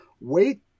wait